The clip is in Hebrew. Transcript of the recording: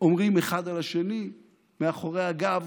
אומרים אחד על השני מאחורי הגב,